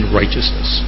righteousness